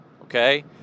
okay